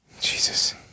Jesus